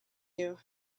you